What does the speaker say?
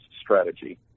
strategy